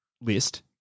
list